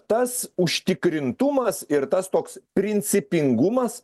tas užtikrintumas ir tas toks principingumas